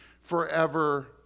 forever